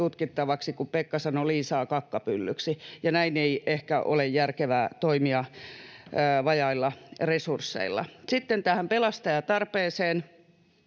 tutkittavaksi, kun Pekka sanoi Liisaa kakkapyllyksi. Näin ei ehkä ole järkevää toimia vajailla resursseilla. Sitten tähän pelastajatarpeeseen.